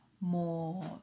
more